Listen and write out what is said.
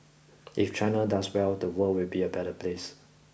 if China does well the world will be a better place